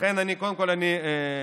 לכן, קודם כול, אני מברך